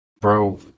bro